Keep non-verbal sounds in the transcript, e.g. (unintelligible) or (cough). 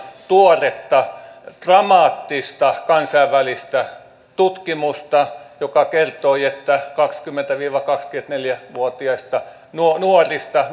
tuoretta dramaattista kansainvälistä tutkimusta joka kertoi että kaksikymmentä viiva kaksikymmentäneljä vuotiaista nuorista (unintelligible)